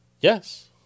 Yes